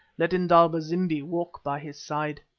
let indaba-zimbi walk by his side.